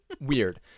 weird